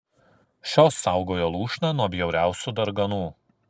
šios saugojo lūšną nuo bjauriausių darganų